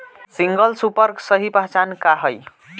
Single super के सही पहचान का हई?